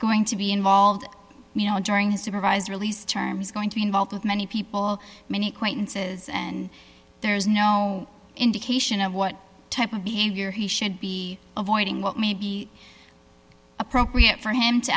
going to be involved you know during his supervised release term is going to be involved with many people many quite and says and there's no indication of what type of behavior he should be avoiding what may be appropriate for him to